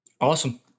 Awesome